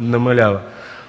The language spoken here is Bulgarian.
намалява.